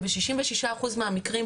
וב-66% מהמקרים,